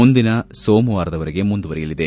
ಮುಂದಿನ ಸೋಮವಾರದ ವರೆಗೆ ಮುಂದುವರೆಯಲಿದೆ